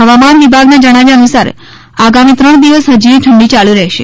હવામાન વિભાગના જણાવ્યા અનુસાર આગામી ત્રણ દિવસ હજીયે ઠંડી યાલુ રહેશે